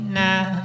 now